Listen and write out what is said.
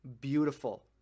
Beautiful